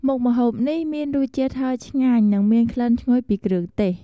មុខម្ហូបនេះមានរសជាតិហិរឆ្ងាញ់ និងមានក្លិនឈ្ងុយពីគ្រឿងទេស។